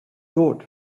thought